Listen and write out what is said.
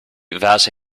versa